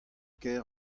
kêr